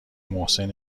محسن